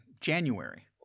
January